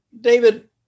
David